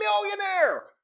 millionaire